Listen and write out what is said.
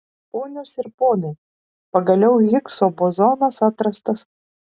ponios ir ponai pagaliau higso bozonas atrastas